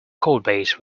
codebase